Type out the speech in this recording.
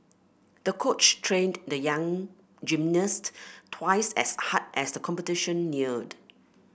the coach trained the young gymnast twice as hard as the competition neared